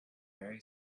very